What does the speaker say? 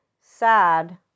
sad